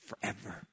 forever